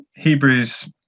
Hebrews